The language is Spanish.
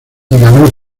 ganó